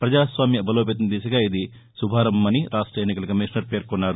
ప్రజాస్వామ్య బలోపేతం దిశగా ఇది శుభారంభమని రాష్ట ఎన్నికల కమిషనర్ పేర్కొన్నారు